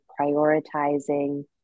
prioritizing